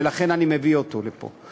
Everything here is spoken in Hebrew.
ולכן אני מביא אותו לפה.